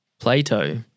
Plato